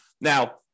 Now